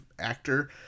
actor